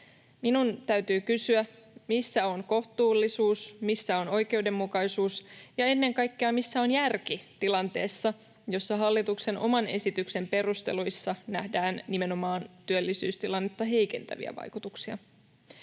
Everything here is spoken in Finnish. Minun täytyy kysyä, missä on kohtuullisuus, missä on oikeudenmukaisuus ja, ennen kaikkea, missä on järki tilanteessa, jossa hallituksen oman esityksen perusteluissa nähdään nimenomaan työllisyystilannetta heikentäviä vaikutuksia.